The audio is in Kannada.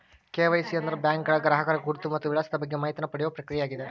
ಕೆ.ವಾಯ್.ಸಿ ಅಂದ್ರ ಬ್ಯಾಂಕ್ಗಳ ಗ್ರಾಹಕರ ಗುರುತು ಮತ್ತ ವಿಳಾಸದ ಬಗ್ಗೆ ಮಾಹಿತಿನ ಪಡಿಯೋ ಪ್ರಕ್ರಿಯೆಯಾಗ್ಯದ